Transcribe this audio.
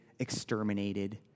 exterminated